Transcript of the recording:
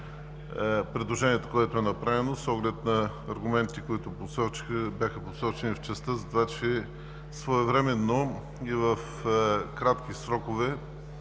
предложението, което е направено, с оглед аргументите, които бяха посочени – че своевременно и в кратки срокове